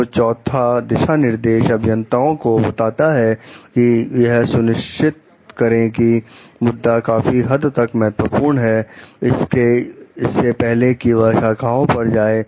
तो चौथा दिशा निर्देश अभियंताओं को बताता है कि यह सुनिश्चित करें कि मुद्दा काफी हद तक महत्वपूर्ण है इससे पहले कि वह शाखाओं पर जाएं